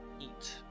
Eat